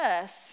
first